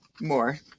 more